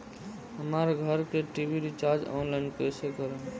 हमार घर के टी.वी रीचार्ज ऑनलाइन कैसे करेम?